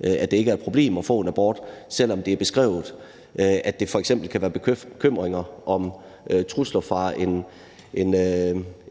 at det ikke er et problem at få et barn, selv om det er beskrevet, at der f.eks. kan være bekymringer om trusler fra